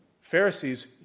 Pharisees